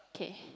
okay